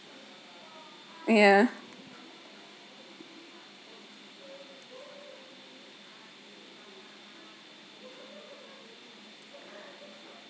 ya